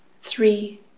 three